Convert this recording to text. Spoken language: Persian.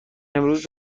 امروز